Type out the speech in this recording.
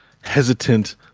hesitant